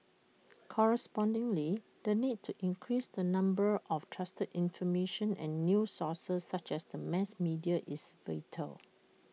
correspondingly the need to increase the number of trusted information and news sources such as the mass media is vital